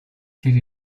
тэр